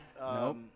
Nope